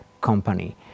company